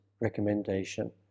recommendation